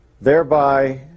thereby